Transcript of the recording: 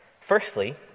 firstly